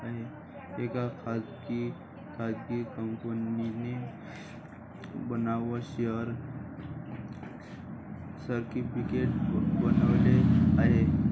एका खासगी कंपनीने बनावट शेअर सर्टिफिकेट बनवले आहे